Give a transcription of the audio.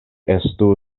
estu